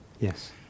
Yes